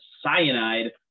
cyanide